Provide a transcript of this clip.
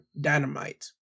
Dynamite